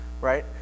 Right